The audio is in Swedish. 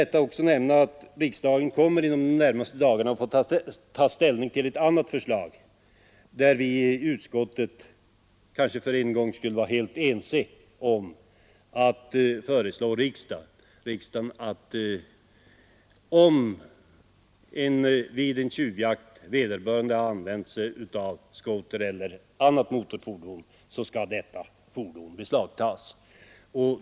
Låt mig också nämna att riksdagen inom de närmaste dagarna kommer att få ta ställning till ett förslag — där vi i utskottet kanske för en gångs skull varit helt eniga — som innebär att om någon vid tjuvjakt använt sig av skoter eller annat motorfordon skall fordonet beslagtas.